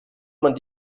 man